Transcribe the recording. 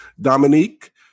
Dominique